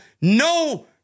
No